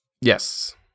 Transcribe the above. Yes